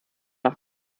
nach